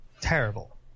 Terrible